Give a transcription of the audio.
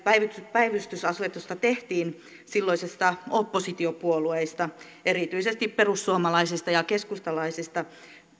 päivystysasetusta tehtiin silloisista oppositiopuolueista erityisesti perussuomalaisista ja keskustalaisista